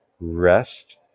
rest